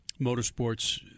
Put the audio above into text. motorsports